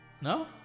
No